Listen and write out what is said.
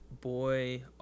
boy